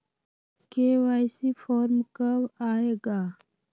KYC form कब आए गा?